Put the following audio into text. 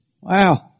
Wow